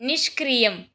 निष्क्रियम्